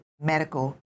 medical